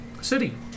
city